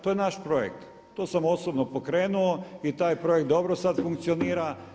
To je naš projekt, to sam osobno pokrenuo i taj projekt dobro sad funkcionira.